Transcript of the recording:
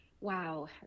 Wow